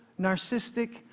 narcissistic